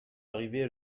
arrivé